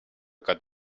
got